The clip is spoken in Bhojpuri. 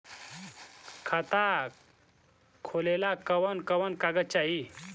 खाता खोलेला कवन कवन कागज चाहीं?